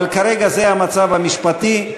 אבל כרגע זה המצב המשפטי,